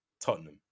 Tottenham